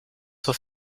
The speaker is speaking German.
zur